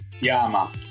Yama